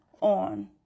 on